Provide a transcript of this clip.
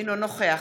אינו נוכח